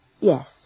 Yes